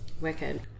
Wicked